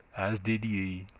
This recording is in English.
as did ye?